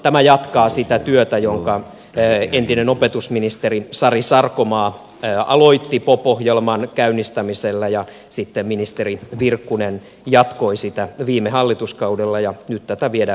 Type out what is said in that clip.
tämä jatkaa sitä työtä jonka entinen opetusministeri sari sarkomaa aloitti pop ohjelman käynnistämisellä ja sitten ministeri virkkunen jatkoi sitä viime hallituskaudella ja nyt tätä viedään myös eteenpäin